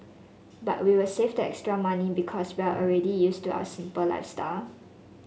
but we will save the extra money because we are already used to our simple lifestyle